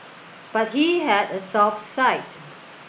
but he had a soft side